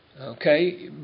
okay